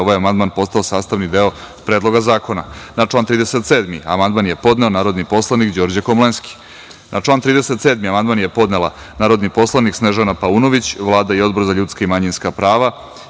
ovaj amandman postao sastavni deo Predloga zakona. Na član 37. amandman je podneo narodni poslanik Đorđe Komlenski. Na član 37. amandman je podnela narodni poslanik Snežana Paunović. Vlada i Odbor za ljudska i manjinska prava